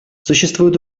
существуют